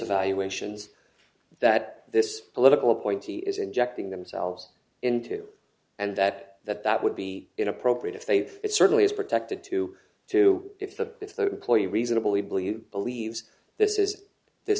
evaluations that this political appointee is injecting themselves into and that that that would be inappropriate if they it certainly is protected to to if the employee reasonably believed believes this is this